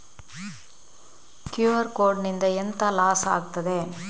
QR code ನಿಂದ ಎಂತ loss ಆಗ್ತದೆ?